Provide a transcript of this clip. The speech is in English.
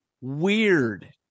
weird